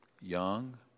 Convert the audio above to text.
Young